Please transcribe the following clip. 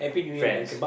friends